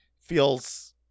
feels